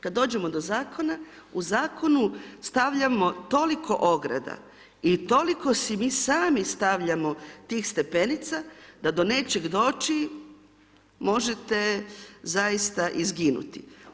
Kada dođemo do Zakona, u Zakonu stavljamo toliko ograda i toliko si mi sami stavljamo tih stepenica, da do nečega doći, možete zaista izginuti.